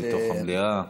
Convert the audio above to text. גם בתוך המליאה.